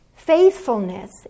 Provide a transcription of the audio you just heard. faithfulness